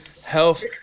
health